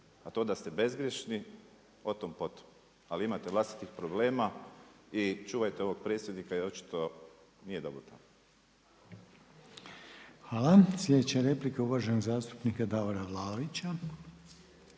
a to da ste bezgrješni, o tom potom. Ali imate vlastitih problema i čuvajte ovog predsjednika jer očito nije dobro tamo. **Reiner, Željko (HDZ)** Hvala. Slijedeća replika uvaženog zastupnika Davora Vlaovića.